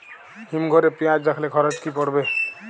হিম ঘরে পেঁয়াজ রাখলে খরচ কি পড়বে?